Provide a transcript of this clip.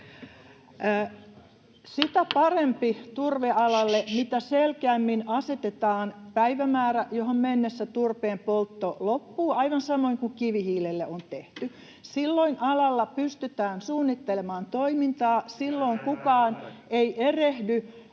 Sitä parempi turvealalle, mitä selkeämmin asetetaan päivämäärä, johon mennessä turpeenpoltto loppuu, aivan samoin kuin kivihiilelle on tehty. Silloin alalla pystytään suunnittelemaan toimintaa. [Petri Huru: Nythän